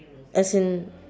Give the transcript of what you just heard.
as in